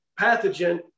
pathogen